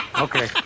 okay